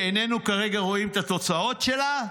שאיננו רואים כרגע את התוצאות שלה,